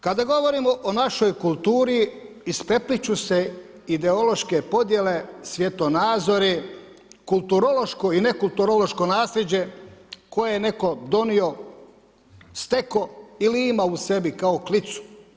Kada govorimo o našoj kulturi, isprepliću se ideološke podjele, svjetonazori, kulturološko i nekulturološko naslijeđe, koje je netko donio, stekao ili ima u sebi kao klicu.